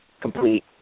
complete